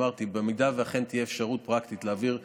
אמרתי שבמידה שאכן תהיה אפשרות פרקטית להעביר קופסה,